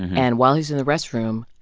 and while he's in the restroom,